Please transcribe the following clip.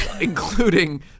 including